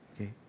Okay